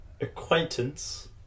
acquaintance